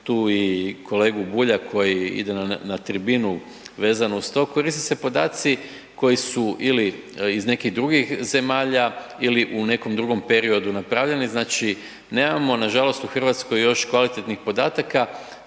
tu i kolegu Bulja koji ide na tribinu vezano uz to, koriste se podaci koji su ili iz nekih drugih zemalja ili u nekom drugom periodu napravljene. Znači, nemamo nažalost u Hrvatskoj još kvalitetnih podataka